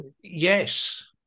Yes